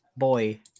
Boy